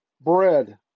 bread